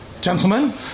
Gentlemen